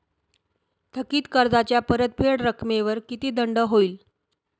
थकीत कर्जाच्या परतफेड रकमेवर किती दंड होईल?